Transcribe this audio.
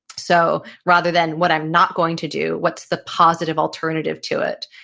so, rather than what i'm not going to do, what's the positive alternative to it?